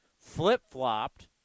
flip-flopped